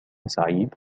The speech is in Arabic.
سعيد